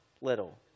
little